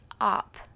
up